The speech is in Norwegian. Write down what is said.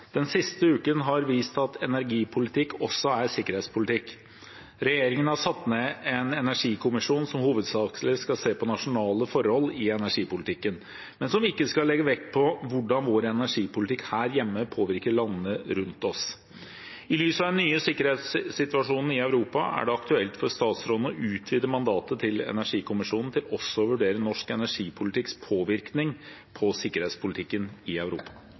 sikkerhetspolitikk. Regjeringen har satt ned en energikommisjon som hovedsakelig skal se på nasjonale forhold i energipolitikken, men som ikke skal legge vekt på hvordan vår energipolitikk her hjemme påvirker landene rundt oss. I lys av det nye sikkerhetssituasjonen i Europa, er det aktuelt for statsråden å utvide mandatet til energikommisjonen til også å vurdere norsk energipolitikks påvirkning på sikkerhetspolitikken i Europa?»